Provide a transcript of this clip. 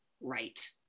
right